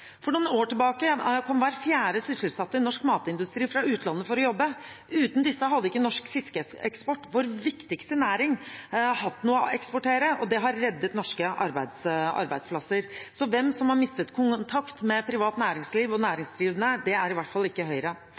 For noen år tilbake kom hver fjerde sysselsatte i norsk matindustri fra utlandet for å jobbe. Uten disse hadde ikke norsk fiskeeksport, vår viktigste næring, hatt noe å eksportere, og det har reddet norske arbeidsplasser. Så hvem som har mistet kontakt med privat næringsliv og næringsdrivende – det er i hvert fall ikke